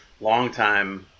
longtime